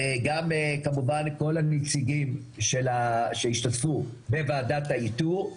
גם כמובן כל הנציגים שהשתתפו בוועדת האיתור,